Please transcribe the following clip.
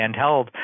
handheld